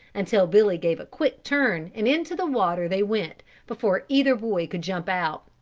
until billy gave a quick turn and into the water they went before either boy could jump out.